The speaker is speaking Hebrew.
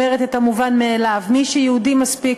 אומרת את המובן מאליו: מי שיהודי מספיק